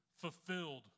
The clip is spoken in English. fulfilled